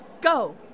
Go